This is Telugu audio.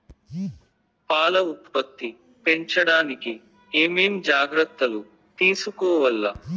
పాల ఉత్పత్తి పెంచడానికి ఏమేం జాగ్రత్తలు తీసుకోవల్ల?